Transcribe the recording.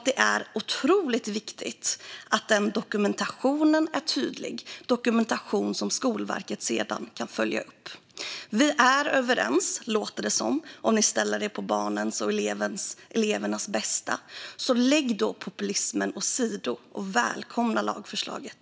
Det är otroligt viktigt att dokumentationen är tydlig, dokumentation som Skolverket sedan kan följa upp. Vi är överens, låter det som, om ni tar ställning för barnens och elevernas bästa. Så lägg populismen åt sidan, och välkomna lagförslaget!